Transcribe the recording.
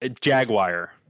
jaguar